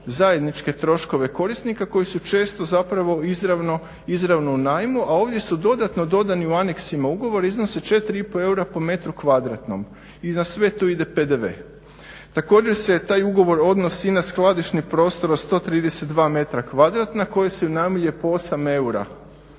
zajedničke troškove korisnika koji su često zapravo izravno u najmu, a ovdje su dodatno dodani u aneksima ugovora, iznose 4,5 eura po metru kvadratom i na sve to ide PDV. Također, se je taj ugovor odnosi i na skladišni prostor od 132 metra kvadratna koje si unajmljuje po 8 eura